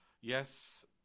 yes